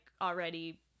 already